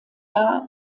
jahr